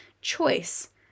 choice